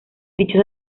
dicho